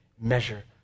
measure